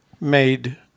made